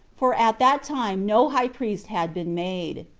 for at that time no high priest had been made.